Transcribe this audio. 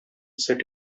set